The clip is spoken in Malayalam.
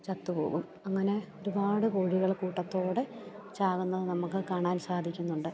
ചത്തുപോകും അങ്ങനെ ഒരുപാട് കോഴികൾ കൂട്ടത്തോടെ ചാവുന്നത് നമുക്ക് കാണാൻ സാധിക്കുന്നുണ്ട്